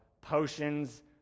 potions